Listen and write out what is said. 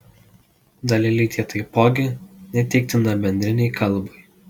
dalelytė taipogi neteiktina bendrinei kalbai